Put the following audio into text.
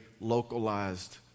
localized